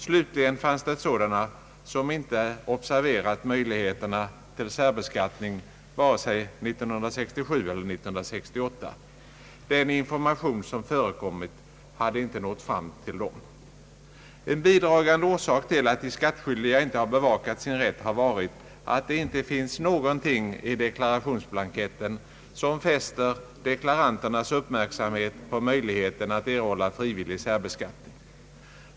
Slutligen fanns sådana människor som inte observerat möjligheten till särbeskattning vare sig 1967 eller 1968. Den information som förekommit hade inte nått fram till dem. En bidragande orsak till att de skattskyldiga inte bevakat sin rätt har varit att det inte finns någonting i deklarationsblanketten som fäster deklaranternas uppmärksamhet på möjligheten att erhålla frivillig särbeskattning.